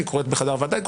אבל זה לא זמן דיבור שלך.